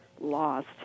lost